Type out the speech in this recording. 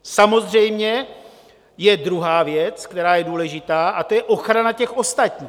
Samozřejmě je druhá věc, která je důležitá, a to je ochrana těch ostatních.